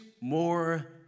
more